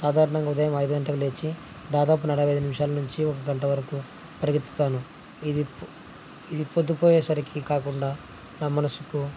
సాధారణంగా ఉదయం ఐదు గంటలు లేచి దాదాపు నడైఐదు నిమిషాల నుంచి ఒక గంట వరకు పరిగెత్తుతాను ఇది ఇది పొద్దుపోయేసరికి కాకుండా నా మనసుకు